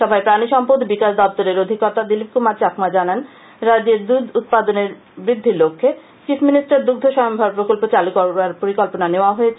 সভায় প্রাণী সম্পদ ও বিকাশ দপ্তরের অধিকর্তা দিলীপ কুমার চাকমা জানান রাজ্যে দুধ উৎপাদন বৃদ্ধির লক্ষ্যে চিফ মিনিষ্টার দুধ্ধ স্বয়ম্ভর প্রকল্প চালু করার পরিকল্পনা নেওয়া হয়েছে